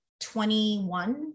21